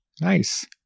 Nice